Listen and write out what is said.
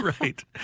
Right